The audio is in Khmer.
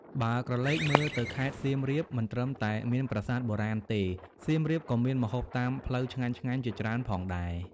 បើក្រឡេកមើលទៅខេត្តសៀមរាប មិនត្រឹមតែមានប្រាសាទបុរាណទេ សៀមរាបក៏មានម្ហូបតាមផ្លូវឆ្ងាញ់ៗជាច្រើនផងដែរ ។